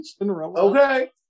Okay